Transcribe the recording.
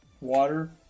water